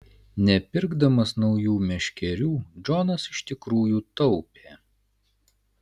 nepirkdamas naujų meškerių džonas iš tikrųjų taupė